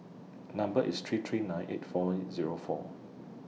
Number IS three three nine eight four Zero four